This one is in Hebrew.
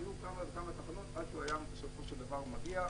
היו כמה וכמה תחנות עד שבסופו של דבר הוא היה מגיע.